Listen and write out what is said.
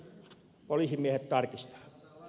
poliisimiehet tarkistavat